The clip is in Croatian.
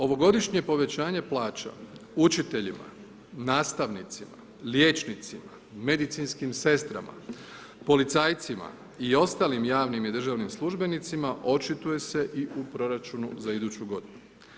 Ovogodišnje povećanje plaća učiteljima, nastavnicima, liječnicima, medicinskim sestrama, policajcima i ostalim javnim i državnim službenicima očituje se i u proračunu za iduću godinu.